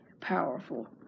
powerful